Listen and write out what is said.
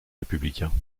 républicains